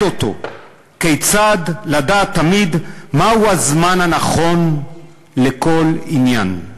אותו כיצד לדעת תמיד מהו הזמן הנכון לכל עניין,